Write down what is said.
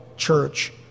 church